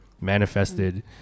manifested